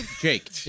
Jake